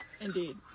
indeed